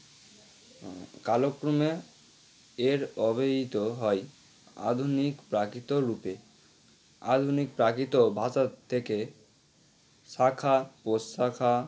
কালক্রমে এর অবহিত হয় আধুনিক প্রাকৃত রূপে আধুনিক প্রাকৃত ভাষার থেকে শাখা প্রশাখা